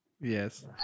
yes